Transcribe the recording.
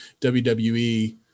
WWE